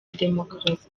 demokarasi